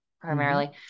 primarily